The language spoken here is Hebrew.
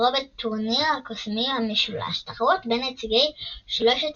ספרו ב"טורניר הקוסמים המשולש" – תחרות בין נציגי שלושת